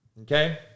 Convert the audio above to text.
okay